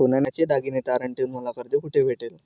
सोन्याचे दागिने तारण ठेवून मला कर्ज कुठे भेटेल?